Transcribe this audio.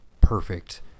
perfect